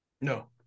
No